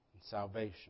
salvation